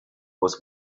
was